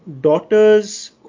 daughters